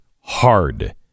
hard